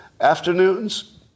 Afternoons